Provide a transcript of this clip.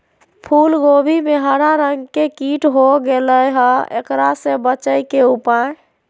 फूल कोबी में हरा रंग के कीट हो गेलै हैं, एकरा से बचे के उपाय?